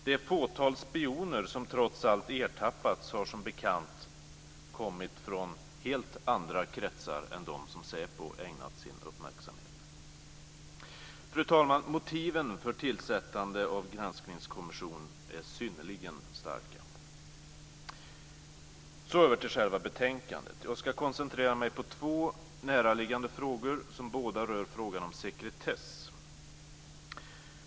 Det fåtal spioner som trots allt ertappats har som bekant kommit från helt andra kretsar än de som SÄPO ägnat sin uppmärksamhet. Fru talman! Motiven för tillsättandet av granskningskommissionen är synnerligen starka. Jag går nu över till själva betänkandet och ska då koncentrera mig på två näraliggande frågor som båda rör sekretessen.